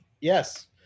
yes